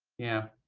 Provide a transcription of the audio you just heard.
yeah.